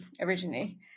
originally